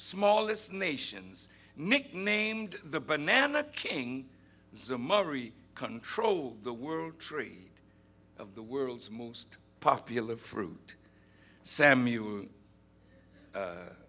smallest nations nicknamed the banana king so murray control the world trade of the world's most popular fruit samuel